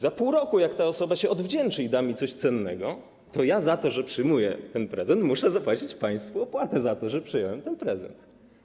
Za pół roku, jak ta osoba się odwdzięczy i da mi coś cennego, to ja za to, że przyjmuję ten prezent, muszę zapłacić państwu opłatę za to, że przyjąłem ten prezent.